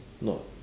not